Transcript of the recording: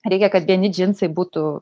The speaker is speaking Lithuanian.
reikia kad vieni džinsai būtų